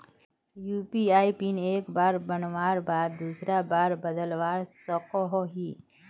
UPI PIN एक बार बनवार बाद दूसरा बार बदलवा सकोहो ही?